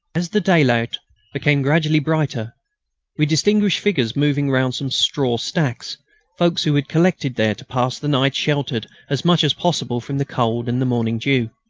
as the daylight became gradually brighter we distinguished figures moving round some straw-stacks folks who had collected there to pass the night sheltered as much as possible from the cold and the morning dew.